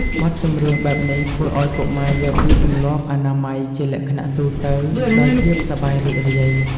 បទចម្រៀងបែបនេះធ្វើឲ្យកុមារយល់ពីទម្លាប់អនាម័យជាលក្ខណៈទូទៅដោយភាពសប្បាយរីករាយ។